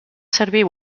servir